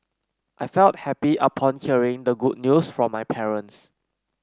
I felt happy upon hearing the good news from my parents